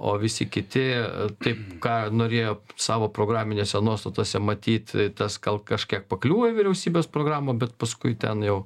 o visi kiti taip ką norėjo savo programinėse nuostatose matyt tas gal kažkiek pakliūvo į vyriausybės programą bet paskui ten jau